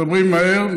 מדברים מהר.